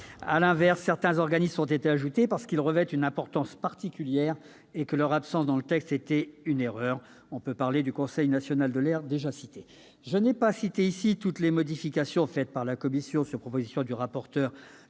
À l'inverse, certains organismes ont été ajoutés, parce qu'ils revêtent une importance particulière et que leur absence dans un tel texte constituait une erreur. C'est le cas, par exemple, du Conseil national de l'air. Je n'ai pas cité ici toutes les modifications faites par la commission des lois sur la proposition de son rapporteur,